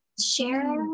share